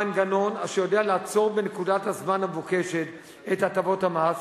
מנגנון אשר יודע לעצור בנקודת הזמן המבוקשת את הטבות המס,